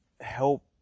help